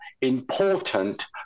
important